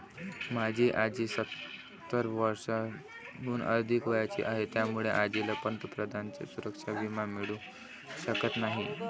माझी आजी सत्तर वर्षांहून अधिक वयाची आहे, त्यामुळे आजीला पंतप्रधानांचा सुरक्षा विमा मिळू शकत नाही